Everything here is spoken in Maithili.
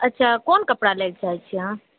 अच्छा कोन कपड़ा लैके चाही छियै अहाँ